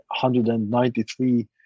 193